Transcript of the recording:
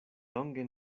longe